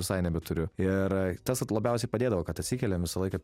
visai nebeturiu ir tas vat labiausiai padėdavo kad atsikeliam visą laiką